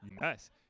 nice